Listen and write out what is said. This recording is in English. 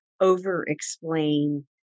over-explain